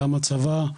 גם הצבא,